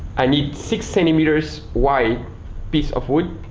i need six centimeters wide piece of wood.